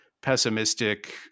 pessimistic